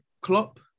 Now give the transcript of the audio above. Klopp